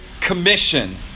commission